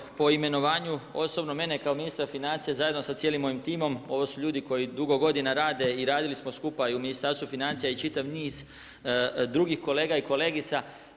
Evo po imenovanju osobno mene kao ministra financija zajedno sa mojim cijelim timom ovo su ljudi koji dugo godina rade i radili smo skupa i u Ministarstvu financija i čitav niz drugih kolega i kolegica.